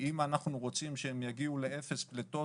אם אנחנו רוצים שהם יגיעו לאפס פליטות,